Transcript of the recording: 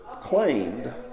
claimed